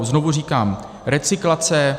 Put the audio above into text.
Znovu říkám recyklace.